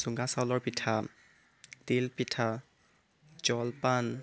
চুঙা চাউলৰ পিঠা তিল পিঠা জলপান